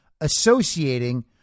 associating